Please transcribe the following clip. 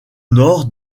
nord